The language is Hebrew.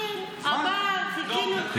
התחיל, עמד, חיכינו.